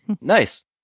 Nice